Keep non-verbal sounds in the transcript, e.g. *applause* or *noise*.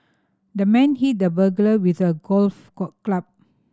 the man hit the burglar with a golf *unintelligible* club